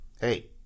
Hey